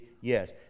yes